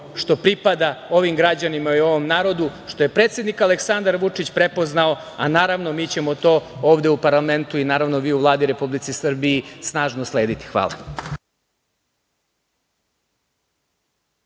što pripada ovim građanima i ovom narodu, što je predsednik Aleksandar Vučić prepoznao, a naravno, mi ćemo to ovde u parlamentu i naravno, vi u Vladi Republike Srbije, snažno slediti. Hvala.